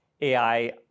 AI